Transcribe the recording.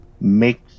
make